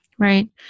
Right